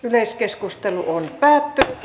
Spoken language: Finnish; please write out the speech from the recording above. yleiskeskustelu päättyi